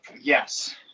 Yes